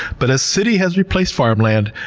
but as city has replaced farmland,